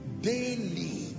daily